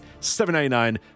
$7.99